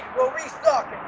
we'll restock